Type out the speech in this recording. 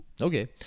Okay